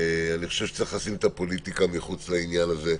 שצריך לשים את הפוליטיקה מחוץ לעניין הזה.